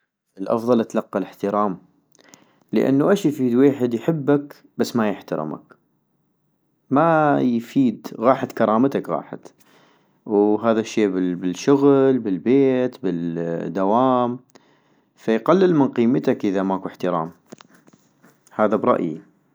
الافضل اتلقى الاحترام - لانو اش يفيد ويحد يحبك بس ما يحترمك ، ما يفيد غاحت كرامتك غاحت ، وهذا الشي بالشغل بالبيت بالدوام - فيقلل من قيمتك اذا ماكو احترام، هذا برأيي